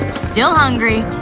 still hungry.